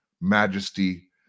majesty